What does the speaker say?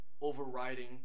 overriding